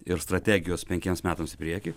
ir strategijos penkiems metams į priekį